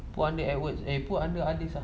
put under AdWords eh put under others lah